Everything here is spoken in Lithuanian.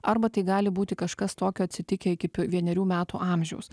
arba tai gali būti kažkas tokio atsitikę iki p vienerių metų amžiaus